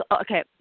okay